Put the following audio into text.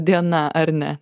diena ar ne